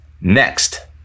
Next